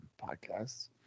podcasts